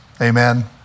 amen